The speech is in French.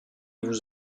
vous